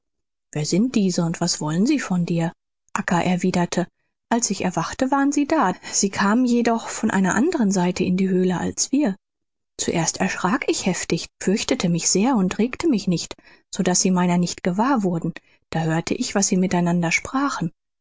wer sind diese und was wollen sie von dir acca erwiederte als ich erwachte waren sie da sie kamen jedoch von einer andern seite in die höhle als wir zuerst erschrak ich heftig fürchtete mich sehr und regte mich nicht so daß sie meiner nicht gewahr wurden da hörte ich was sie mit einander sprachen